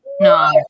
No